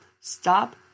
stop